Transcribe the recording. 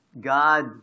God